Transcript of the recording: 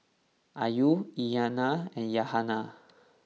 Ayu Aina and Yahaya